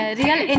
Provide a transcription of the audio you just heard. real